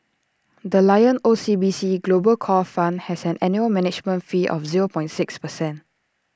the lion O C B C global core fund has an annual management fee of zero six percent